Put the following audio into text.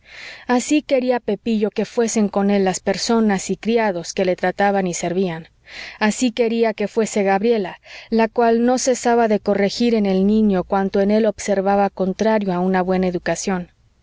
así quería pepillo que fuesen con él las personas y criados que le trataban y servían así quería que fuese gabriela la cual no cesaba de corregir en el niño cuanto en él observaba contrario a una buena educación